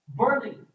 burning